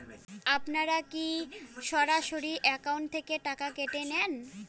আপনারা কী সরাসরি একাউন্ট থেকে টাকা কেটে নেবেন?